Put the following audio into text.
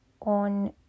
on